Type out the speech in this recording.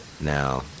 Now